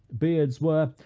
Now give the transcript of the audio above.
beards were,